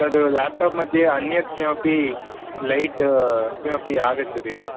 तत् लेप्टाप् मध्ये अन्यत् किमपि लैट् किमपि आगच्छति वा